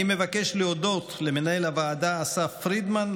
אני מבקש להודות למנהל הוועדה אסף פרידמן,